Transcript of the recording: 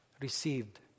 received